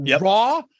raw